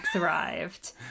arrived